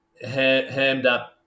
hammed-up